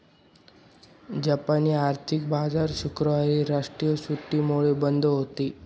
जापानी आर्थिक बाजार शुक्रवारी राष्ट्रीय सुट्टीमुळे बंद होता